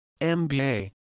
MBA